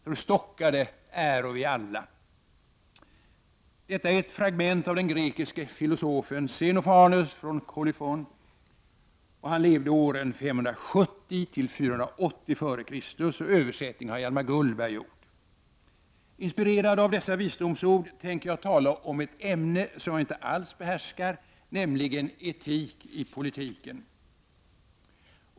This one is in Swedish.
Förstockade äro vi alla.” Detta är ett fragment av den grekiske filosofen Xenofanes från Kolufun, som levde åren 570-480 f. Kr. Översättningen har Hjalmar Gullberg gjort. Inspirerad av dessa visdomsord tänker jag tala om ett ämne som jag inte alls behärskar, nämligen etik i politiken.